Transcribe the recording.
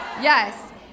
Yes